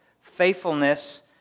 faithfulness